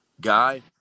guy